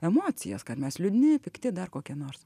emocijas kad mes liūdni pikti dar kokie nors